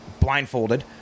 blindfolded